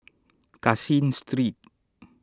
Caseen Street